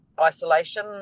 isolation